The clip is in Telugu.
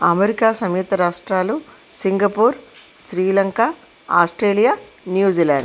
అమెరికా సంయుక్త రాష్ట్రాలు సింగపూర్ శ్రీలంక ఆస్ట్రేలియా న్యూజిలాండ్